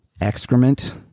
excrement